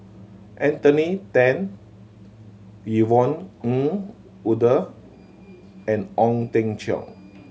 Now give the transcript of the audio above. Anthony Then Yvonne Ng Uhde and Ong Teng Cheong